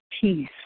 peace